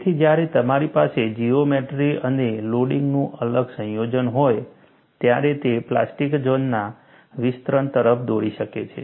તેથી જ્યારે તમારી પાસે જીઓમેટ્રી અને લોડિંગનું અલગ સંયોજન હોય ત્યારે તે પ્લાસ્ટિક ઝોનના વિસ્તરણ તરફ દોરી શકે છે